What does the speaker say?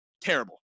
terrible